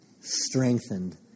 Strengthened